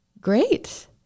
great